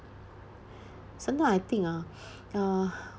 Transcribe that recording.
sometimes I think ah uh